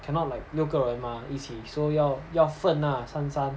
cannot like 六个人吗一起 so 要要分啦三三